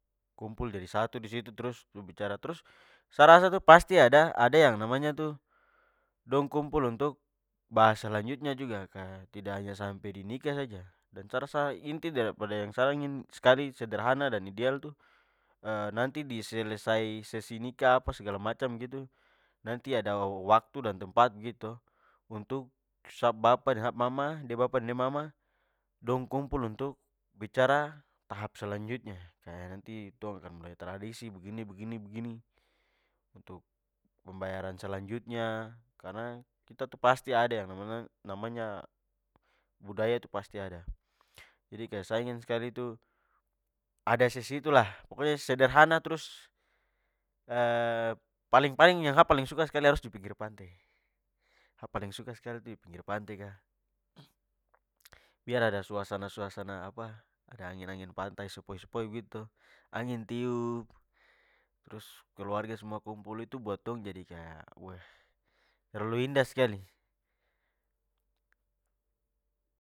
Kumpul jadi satu disitu trus duduk bicara. Trus sa rasa tu pasti ada ada- yang namanya tu, dong kumpul untuk bahas selanjutnya juga ka, tidak hanya sampe nikah saja. Dan sa rasa inti dari pada yang sa ingin skali sederhana dan ideal itu nanti di selesai sesi nikah apa segala macam begitu, nanti ada waktu dan tempat begitu to, untuk sa pu bapa deng sa pu mama, de pu bapa deng de pu mama, dong kumpul untuk bicara tahap selanjutnya. Kaya nanti tong akan mulai tradisi begini, begini, begini, untuk pembayaran selanjutnya, karna kita tu pasti ada yang nama namanya- budaya itu pasti ada. Jadi kaya sa ingin skali tu, ada sesi itu lah. Pokoknya sederhana trus paling paling yang paling suka skali harus di pinggir pante. Sa paling suka skali di pinggir pante ka, biar ada suasana-suasana apa, ada angin-angin pantai sepoi-sepoi begitu to. Angin tiup trus keluarga semua kumpul itu buat tong jadi kaya terlalu indah skali.